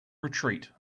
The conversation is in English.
retreat